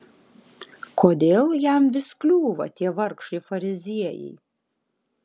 kodėl jam vis kliūva tie vargšai fariziejai